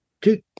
two